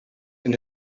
and